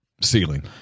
ceiling